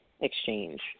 exchange